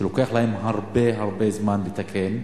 שלוקח להם הרבה-הרבה זמן לתקן.